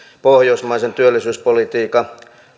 pohjoismaisen työllisyyspolitiikan